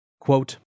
Quote